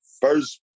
First